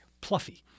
Pluffy